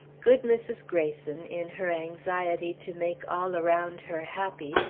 good mrs. greyson, in her anxiety to make all around her happy,